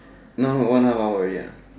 now one half hour already ya